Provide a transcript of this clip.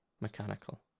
mechanical